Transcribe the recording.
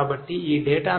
కాబట్టి ఈ డేటా